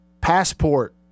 passport